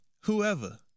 whoever